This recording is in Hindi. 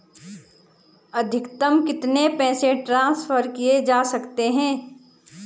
अधिकतम कितने पैसे ट्रांसफर किये जा सकते हैं?